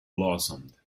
blossomed